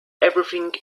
everything